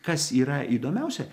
kas yra įdomiausia